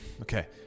okay